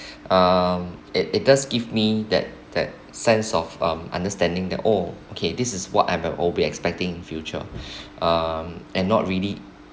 um it it does give me that that sense of um understanding the oh okay this is what I'll be expecting in future um and not really